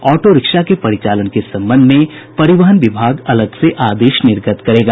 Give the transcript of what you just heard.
auto rickshaw के परिचालन के संबंध में परिवहन विभाग अलग से आदेश निर्गत करेगा